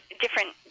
different